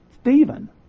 Stephen